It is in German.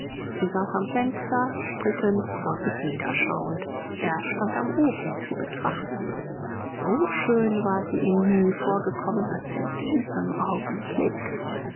sie saß am fester strickend vor sich niederschauend er stand am ofen sie betrachtend so schön war sie ihm nie vorgekommen als in diesem augenblick